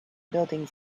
buildings